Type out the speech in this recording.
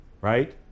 right